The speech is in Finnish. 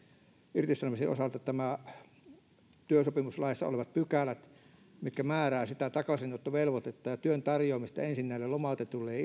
irtisanomisten osalta nämä työsopimuslaissa olevat pykälät mitkä määräävät sitä takaisinottovelvoitetta ja työn tarjoamista ensin näille lomautetuille ja